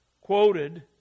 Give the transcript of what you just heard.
quoted